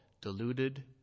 deluded